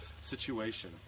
situation